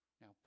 Now